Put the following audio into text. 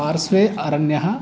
पार्श्वे अरण्यः